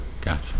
gotcha